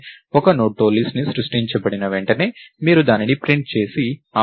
ఒక నోడ్తో లిస్ట్ ని సృష్టించిన వెంటనే మీరు దానిని ప్రింట్ చేసి ఆపై list